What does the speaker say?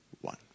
one